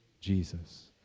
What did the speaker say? Jesus